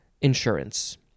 insurance